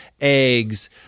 eggs